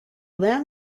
land